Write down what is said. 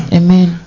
amen